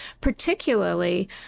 particularly